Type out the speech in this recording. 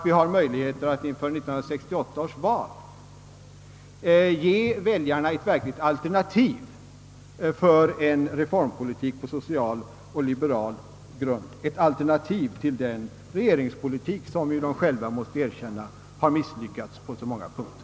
Vi har möjlighet att inför 1968 års val ge väljarna ett verkligt alternativ för en reformpolitik på social och liberal grund, ett al . ternativ till den regeringspolitik som socialdemokraterna själva måste erkänna har misslyckats på så många punkter.